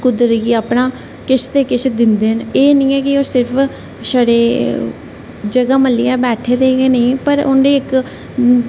कुदरत गी अपना किश ना किश दिंदे ऐ ते एह् निं ऐ कि ओह् सिर्फ छड़े जगह मल्लियै बैठे दे गै नेईं पर उ'नें इक